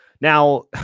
Now